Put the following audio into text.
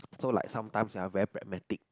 so like sometimes ah very pragmatic